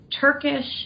Turkish